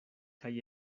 kaj